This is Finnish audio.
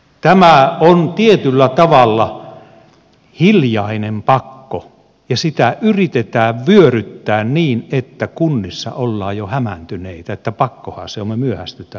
tämä on tietyllä tavalla hiljainen pakko ja sitä yritetään vyöryttää niin että kunnissa ollaan jo hämääntyneitä että pakkohan se on me myöhästymme jostakin